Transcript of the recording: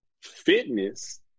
Fitness